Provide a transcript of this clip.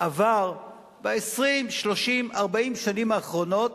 עברו ב-20, 30, 40 השנים האחרונות